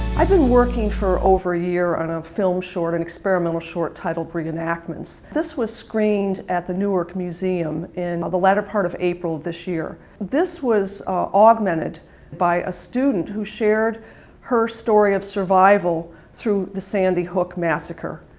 i've been working for over a year on a film short, an experimental short, titled reenactments. this was screened at the newark museum, in the latter part of april this year. this was augmented by a student who shared her story of survival, through the sandy hook massacre.